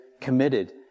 committed